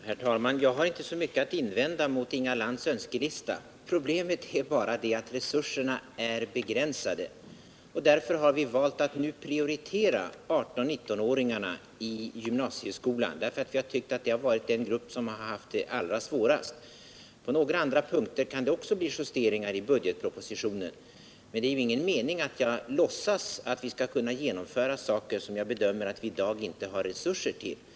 Herr talman! Jag har inte mycket att invända mot Inga Lantz önskelista. Problemet är bara att resurserna är begränsade. Därför har vi nu valt att prioritera 18-19-åringarna i gymnasieskolan, eftersom vi tyckt att den gruppen haft det allra svårast. Också på några andra punkter kan det bli justeringar i budgetpropositionen, men det är ingen mening med att jag låtsas att vi skall kunna genomföra saker som jag bedömer att vi i dag inte har resurser till.